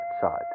side